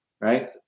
right